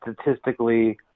statistically